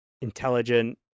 Intelligent